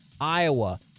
Iowa